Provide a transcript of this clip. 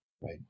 right